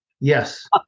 Yes